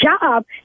job